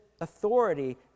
authority